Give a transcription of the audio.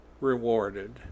rewarded